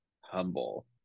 humble